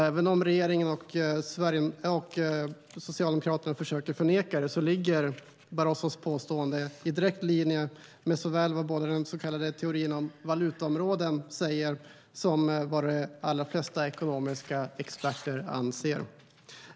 Även om regeringen och Socialdemokraterna försöker förneka det ligger Barrosos påstående i direkt linje med såväl vad den så kallade teorin om valutaområden säger som vad de allra flesta ekonomiska experter anser.